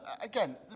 again